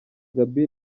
gaby